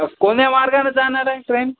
कोन्या मार्गानं जाणार आहे ट्रेन